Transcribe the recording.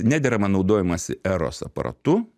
nederamą naudojimąsi eros aparatu